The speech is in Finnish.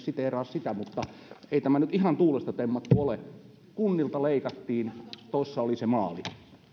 siteeraa sitä mutta ei tämä nyt ihan tuulesta temmattu ole kunnilta leikattiin siinä oli se maali